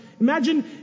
Imagine